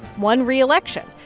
won reelection.